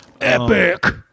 Epic